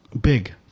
big